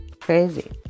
crazy